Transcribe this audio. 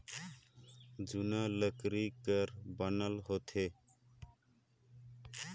जुड़ा लकरी कर बनल होथे